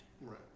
Right